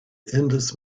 endless